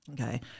Okay